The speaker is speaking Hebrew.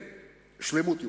אדוני היושב-ראש, לשלמות ירושלים,